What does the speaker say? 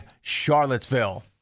Charlottesville